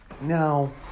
Now